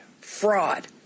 fraud